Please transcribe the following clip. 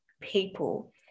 people